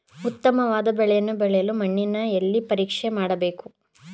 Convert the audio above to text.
ಉತ್ತಮವಾದ ಬೆಳೆಯನ್ನು ಬೆಳೆಯಲು ಮಣ್ಣನ್ನು ಎಲ್ಲಿ ಪರೀಕ್ಷೆ ಮಾಡಬೇಕು?